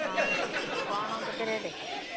ହଁ କ'ଣ କେତେ ରେଟ୍